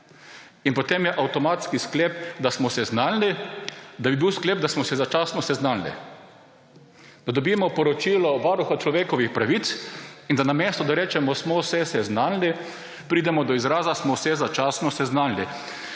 je potem avtomatski sklep, da smo se seznanili, sklep, da smo se začasno seznanili. Da dobimo poročilo Varuha človekovih pravic in da namesto, da rečemo, smo se seznanili, pridemo do izraza, smo se začasno seznanili.